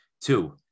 Two